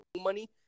Money